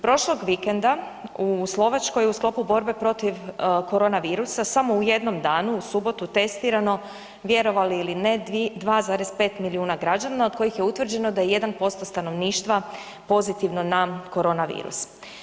Prošlog vikenda u Slovačkoj je u sklopu borbe protiv korona virusa samo u jednom danu, u subotu, testirano vjerovali ili ne 2,5 milijuna građana od kojih je utvrđeno da je 1% stanovništva pozitivno na korona virus.